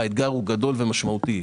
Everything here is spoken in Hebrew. האתגר הוא גדול ומשמעותי.